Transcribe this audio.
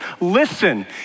listen